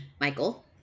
michael